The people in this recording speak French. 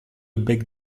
bec